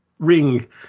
ring